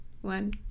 one